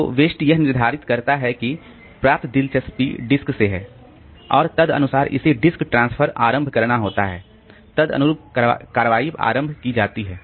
तो वेस्ट यह निर्धारित करता है कि प्राप्त दिलचस्पी डिस्क से है और तदनुसार इसे डिस्क ट्रांसफर आरंभ करना होता है तदअनुरूप कार्रवाई आरंभ की जाती है